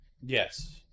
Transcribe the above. yes